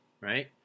right